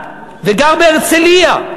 וגר בהרצלייה,